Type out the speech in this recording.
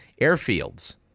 airfields